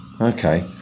Okay